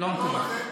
לא מקובל.